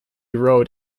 road